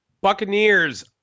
Buccaneers